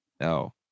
No